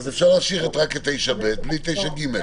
אז אפשר להשאיר רק את 9(ב) בלי 9(ג).